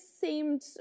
seemed